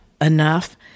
enough